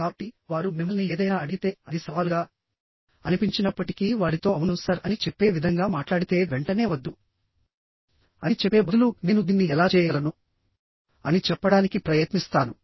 కాబట్టి వారు మిమ్మల్ని ఏదైనా అడిగితేఅది సవాలుగా అనిపించినప్పటికీ వారితో అవును సర్ అని చెప్పే విధంగా మాట్లాడితే వెంటనే వద్దు అని చెప్పే బదులు నేను దీన్ని ఎలా చేయగలను అని చెప్పడానికి ప్రయత్నిస్తాను